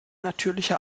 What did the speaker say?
natürliche